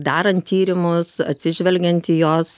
darant tyrimus atsižvelgiant į jos